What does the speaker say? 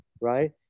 right